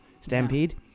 stampede